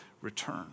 return